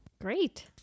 Great